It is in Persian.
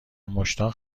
مشتاق